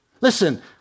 Listen